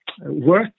work